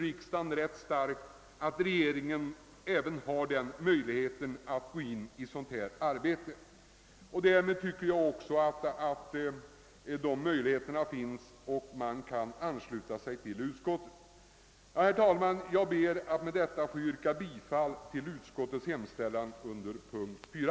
Riksdagen intog då den ståndpunkten att regeringen har möjlighet att delta i ett sådant här arbete. Eftersom denna möjlighet finns anser jag att man kan ansluta sig till utskottets förslag. Herr talman! Jag ber att med detta få yrka bifall till utskottets hemställan under punkten 4.